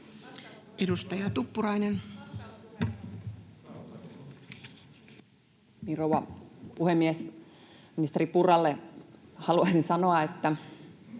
Edustaja Tuppurainen. Rouva puhemies! Ministeri Purralle haluaisin sanoa, että